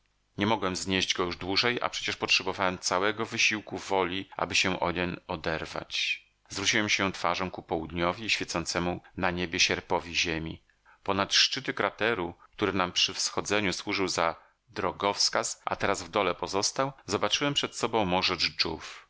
nie mogłem znieść go już dłużej a przecież potrzebowałem całego wysiłku woli aby się odeń oderwać zwróciłem się twarzą ku południowi i świecącemu na niebie sierpowi ziemi ponad szczyty krateru który nam przy wschodzeniu służył za drogowskaz a teraz w dole pozostał zobaczyłem przed sobą morze